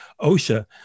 OSHA